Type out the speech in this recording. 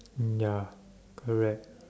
mm ya correct